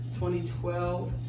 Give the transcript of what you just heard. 2012